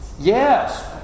Yes